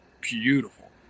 beautiful